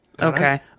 Okay